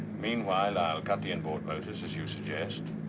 meanwhile, i'll cut the inboard motors, as you suggest.